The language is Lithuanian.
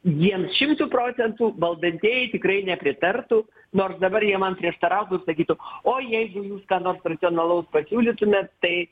jiems šimtu procentų valdantieji tikrai nepritartų nors dabar jie man prieštarautų sakytų o jeigu jūs ką nors funkcionalaus pasiūlytumėt tai